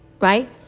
right